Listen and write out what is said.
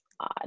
odd